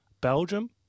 Belgium